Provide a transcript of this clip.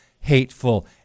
hateful